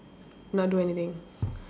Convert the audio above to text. not do anything